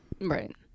Right